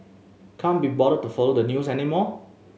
can't be bothered to follow the news anymore